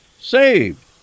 saved